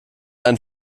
ein